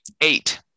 Eight